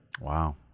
Wow